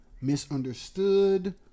misunderstood